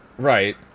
Right